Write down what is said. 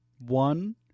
One